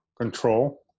control